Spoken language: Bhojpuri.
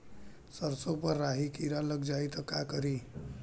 सरसो पर राही किरा लाग जाई त का करी?